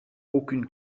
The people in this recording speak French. aucune